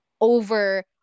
over